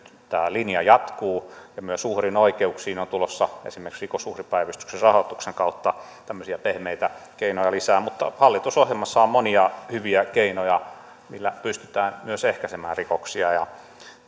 linja jatkuu ja myös uhrin oikeuksiin on tulossa esimerkiksi rikosuhripäivystyksen rahoituksen kautta tämmöisiä pehmeitä keinoja lisää mutta hallitusohjelmassa on monia hyviä keinoja millä pystytään myös ehkäisemään rikoksia